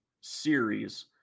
series